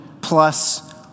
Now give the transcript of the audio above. plus